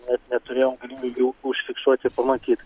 net neturėjom galimybių jų užfiksuot ir pamatyt